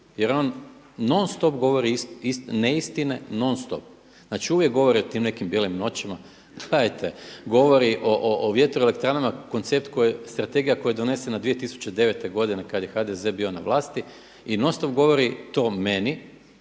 jer on non stop govori neistine, non stop. Znači uvijek govori o tim nekim Bijelim noćima, gledajte govori o vjetroelektranama strategija koja je donesena 2009. godine kada je HDZ bio na vlasti i non stop to govori meni